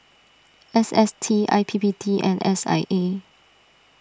S S T I P P T and S I A